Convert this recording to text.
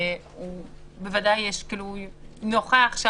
שוודאי נוכח,